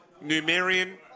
Numerian